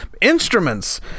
Instruments